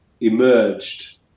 emerged